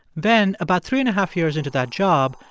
then about three-and-a-half years into that job,